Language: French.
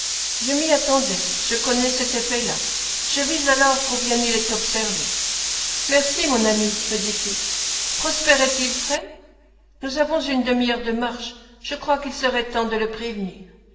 je m'y attendais je connais cet effet là je vis alors combien il est observé merci mon ami me dit-il prosper est-il prêt nous avons une demi-heure de marche je crois qu'il serait temps de le prévenir